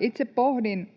Itse pohdin